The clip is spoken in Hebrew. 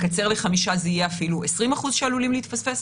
לקצר לחמישה ימים זה יהיה אפילו 20% שעלולים להתפספס.